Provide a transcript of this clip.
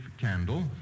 Candle